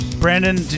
Brandon